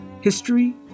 History